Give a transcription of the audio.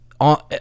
on